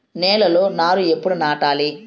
నేలలో నారు ఎప్పుడు నాటాలి?